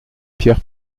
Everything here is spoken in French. pierre